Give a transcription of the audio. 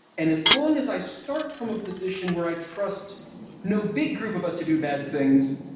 and as long as i start from a position where i trust no big group of us to do bad things,